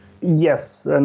Yes